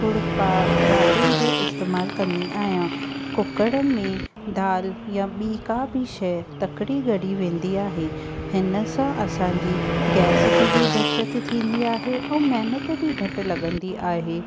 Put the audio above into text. खुड़पा भाटिनि जो इस्तेमालु कंदी आहियां कुकड़ में दाल या ॿी का बि शइ तकिड़ी ॻरी वेंदी आहे हिन सां असांजी गैस जी बि बचति थींदी आहे ऐं महिनत बि घटि लॻंदी आहे